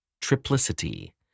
triplicity